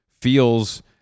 feels